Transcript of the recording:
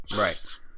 Right